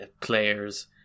players